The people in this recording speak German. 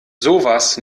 sowas